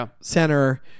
center